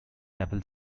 naval